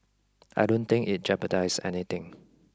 I don't think it jeopardizes anything